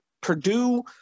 Purdue